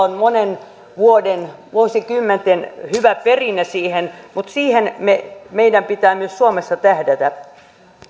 on monen vuoden vuosikymmenten hyvä perinne siihen mutta siihen meidän pitää myös suomessa tähdätä